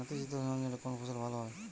নাতিশীতোষ্ণ অঞ্চলে কোন ফসল ভালো হয়?